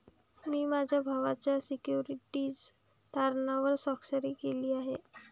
मी माझ्या भावाच्या सिक्युरिटीज तारणावर स्वाक्षरी केली आहे